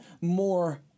more